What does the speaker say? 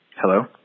Hello